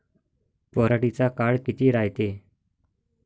पराटीचा काळ किती रायते?